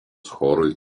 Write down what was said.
chorui